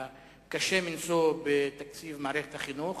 הקשה מנשוא בתקציב מערכת החינוך.